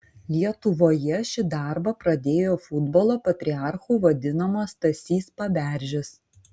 lietuvoje šį darbą pradėjo futbolo patriarchu vadinamas stasys paberžis